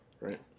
right